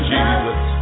Jesus